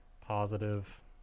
positive